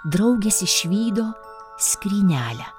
draugės išvydo skrynelę